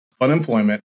unemployment